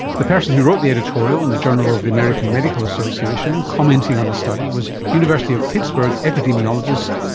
the person who wrote the editorial in the journal of the american medical association commenting on the study was university of pittsburgh epidemiologist,